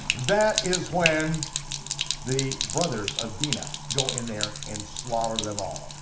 that is when the brothers of dinah go in there and slaughter them all,